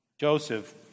Joseph